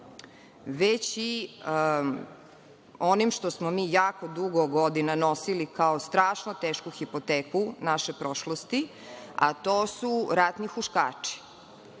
već i onim što smo mi jako dugo godina nosili kao strašno tešku hipoteku naše prošlosti, a to su ratni huškači. Ja